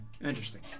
interesting